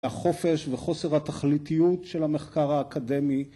החופש וחוסר התכליתיות של המחקר האקדמי